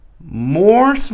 more